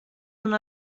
una